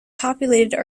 populated